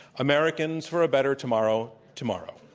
americans for a better tomorrow tomorrow.